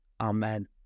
Amen